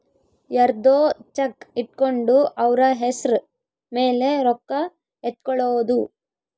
ಯರ್ದೊ ಚೆಕ್ ಇಟ್ಕೊಂಡು ಅವ್ರ ಹೆಸ್ರ್ ಮೇಲೆ ರೊಕ್ಕ ಎತ್ಕೊಳೋದು